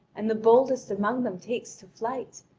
and the boldest among them takes to flight.